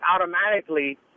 automatically